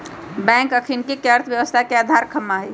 bank अखनिके अर्थव्यवस्था के अधार ख़म्हा हइ